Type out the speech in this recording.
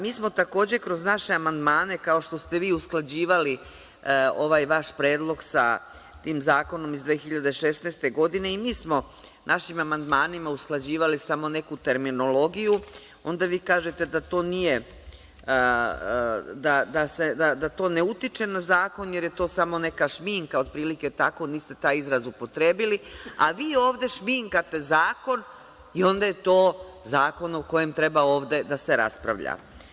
Mi smo takođe kroz naše amandmane, kao što ste vi usklađivali ovaj vaš predlog sa tim zakonom iz 2016. godine, i mi smo našim amandmanima usklađivali samo neku terminologiju, onda vi kažete da to ne utiče na zakon jer je to samo neka šminka, otprilike tako, niste taj izraz upotrebili, a vi ovde šminkate zakon i onda je to zakon o kojem treba ovde da se raspravlja.